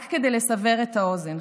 רק כדי לסבר את האוזן,